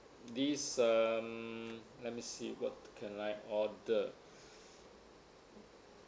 this um let me see what can I order